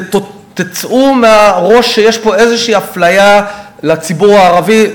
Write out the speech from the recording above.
תצאו מהראש שיש איזושהי אפליה של הציבור הערבי.